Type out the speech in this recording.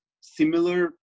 similar